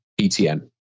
ETN